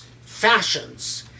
fashions